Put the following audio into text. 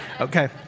Okay